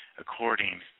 According